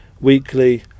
weekly